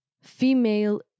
female